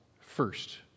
first